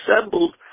assembled